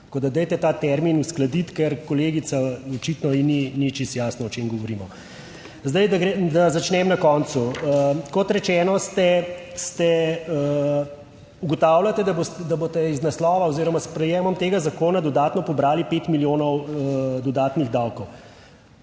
Tako, da dajte ta termin uskladiti, ker kolegica, očitno ji ni čisto jasno o čem govorimo. Zdaj, da začnem na koncu. Kot rečeno ugotavljate, da boste iz naslova oziroma s sprejemom tega zakona dodatno pobrali pet milijonov dodatnih davkov.